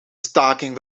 staking